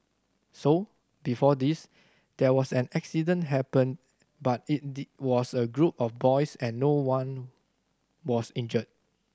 so before this there was an accident happened but it was a group of boys and no one was injured